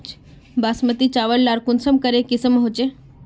बासमती चावल लार कुंसम करे किसम होचए?